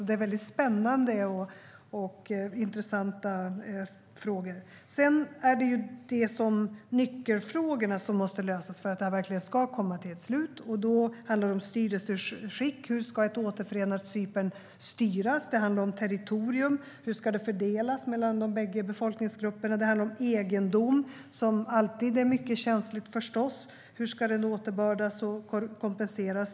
Det är väldigt spännande och intressanta frågor. Nyckelfrågorna som måste lösas för att det verkligen ska komma till ett slut handlar om styrelseskick. Hur ska ett återförenat Cypern styras? Det handlar om territorium. Hur ska det fördelas mellan de bägge befolkningsgrupperna? Det handlar om egendom, som förstås alltid är mycket känsligt. Hur ska den återbördas och kompenseras?